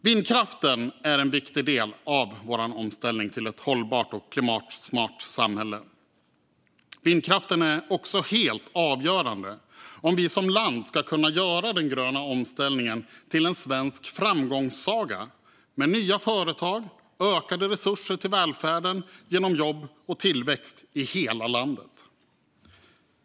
Vindkraften är en viktig del av vår omställning till ett hållbart och klimatsmart samhälle. Vindkraften är också helt avgörande om vi som land ska kunna göra den gröna omställningen till en svensk framgångssaga med nya företag och ökade resurser till välfärden genom jobb och tillväxt i hela landet.